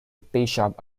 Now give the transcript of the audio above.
bishop